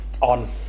On